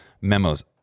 Memos